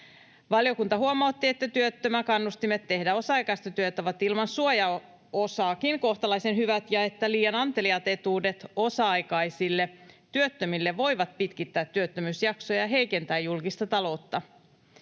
Valiokunta huomautti, että työttömän kannustimet tehdä osa-aikaista työtä ovat ilman suojaosaakin kohtalaisen hyvät ja että liian anteliaat etuudet osa-aikaisille työttömille voivat pitkittää työttömyysjaksoja ja heikentää julkista taloutta.